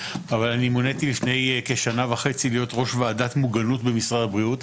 אבל אני מוניתי לפני כשנה וחצי להיות ראש ועדת מוגנות במשרד הבריאות.